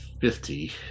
fifty